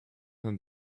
and